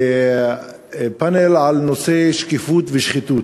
בפאנל על נושא שקיפות ושחיתות.